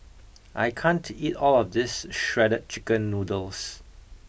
I can't eat all of this Shredded Chicken Noodles